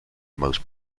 most